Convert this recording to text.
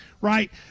Right